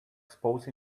exposed